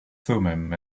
thummim